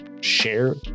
share